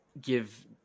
give